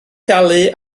dalu